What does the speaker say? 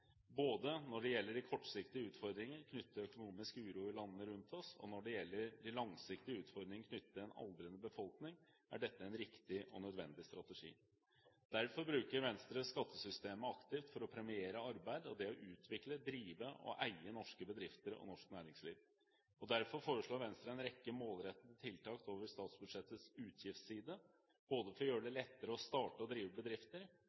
Både når det gjelder de kortsiktige utfordringene knyttet til økonomisk uro i landene rundt oss, og når det gjelder de langsiktige utfordringene knyttet til en aldrende befolkning, er dette en riktig og nødvendig strategi. Venstre bruker skattesystemet aktivt for å premiere arbeid og det å utvikle, drive og eie norske bedrifter og norsk næringsliv. Venstre foreslår også en rekke målrettede tiltak over statsbudsjettets utgiftsside, både for å gjøre det lettere å starte og drive bedrifter,